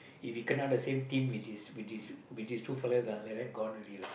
if we kena the same team with these with these with these two fellas ah like that gone already lah